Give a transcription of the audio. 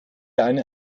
einen